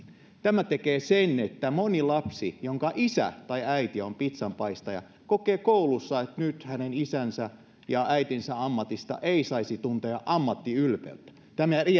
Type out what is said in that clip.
tämä tekee sen että moni lapsi jonka isä tai äiti on pizzanpaistaja kokee koulussa että nyt hänen isänsä ja äitinsä ammatista ei saisi tuntea ammattiylpeyttä tämä